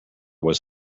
was